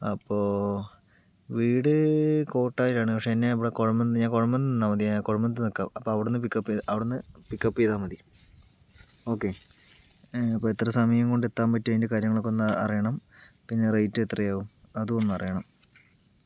അപ്പോൾ വീട് കോട്ടായിലാണ് പക്ഷെ എന്നെ ഇവിടെ കുഴൽമന്ദത്ത് ഞാൻ കുഴൽമന്ദത്ത്ന്ന് നിന്നാൽ മതി ഞാൻ കുഴൽമന്ദത്ത് നിക്കാം അപ്പം അവിടുന്ന് പിക്ക് അപ്പ് അവിട്ന്ന് പിക്ക് അപ്പ് ചെയ്താൽ മതി ഓക്കേ അപ്പം എത്ര സമയം കൊണ്ട് എത്താൻ പറ്റും അതിൻ്റെ കാര്യങ്ങളൊക്കെ ഒന്ന് അറിയണം പിന്നെ റേയ്റ്റ് എത്രയാകും അതൊന്ന് അറിയണം